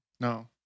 No